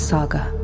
Saga